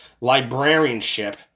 librarianship